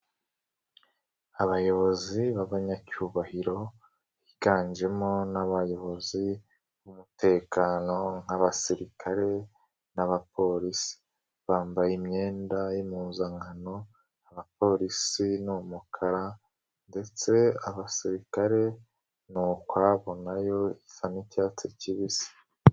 Abayobozi b'abanyacyubahiro, higanjemo n'abayobozi b'umutekano nk'abasirikare n'abapolisi, bambaye imyenda y'impuzankano, abapolisi n'umukara ndetse abasirikare ni ukwabo nayo, isa n'icyatsi kibisi.